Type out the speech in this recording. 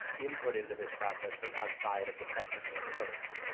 input into this process from outside of the technical folks.